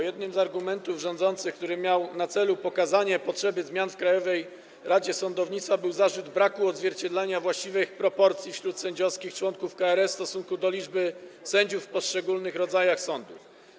Jednym z argumentów rządzących, który miał na celu pokazanie potrzeby zmian w Krajowej Radzie Sądownictwa, był zarzut braku odzwierciedlania właściwych proporcji wśród sędziowskich członków KRS w stosunku do liczby sędziów w poszczególnych rodzajach sądów.